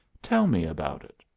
tell me about it.